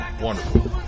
wonderful